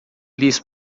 lhes